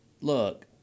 Look